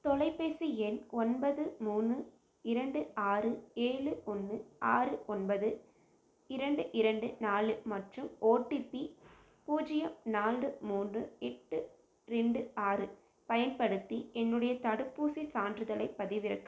தொலைபேசி எண் ஒன்பது மூணு இரண்டு ஆறு ஏழு ஒன்று ஆறு ஒன்பது இரண்டு இரண்டு நாலு மற்றும் ஓடிபி பூஜ்ஜியம் நான்கு மூன்று எட்டு ரெண்டு ஆறு பயன்படுத்தி என்னுடைய தடுப்பூசிச் சான்றிதழைப் பதிவிறக்க